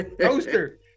poster